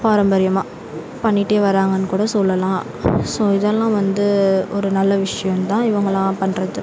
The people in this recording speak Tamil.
பாரம்பரியமாக பண்ணிகிட்டே வராங்கன்னு கூட சொல்லலாம் ஸோ இதலாம் வந்து ஒரு நல்ல விஷயோந்தான் இவங்களாம் பண்றது